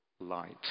light